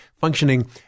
functioning